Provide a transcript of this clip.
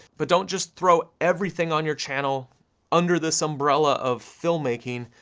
but don't just throw everything on your channel under this umbrella of filmmaking,